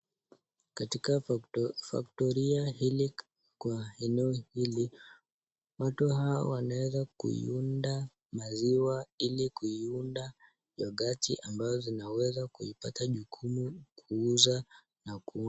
Katika factoria hili kwa eneo hili watu hawa wanaweza kuiunda maziwa ili kuiunda youghati ambazo zinaweza kuipata jukumu ya kuuza na ku...